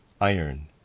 iron